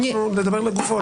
אנחנו נדבר לגופו.